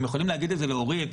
הם יכולים להגיד את זה לאורית,